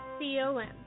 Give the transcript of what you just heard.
C-O-M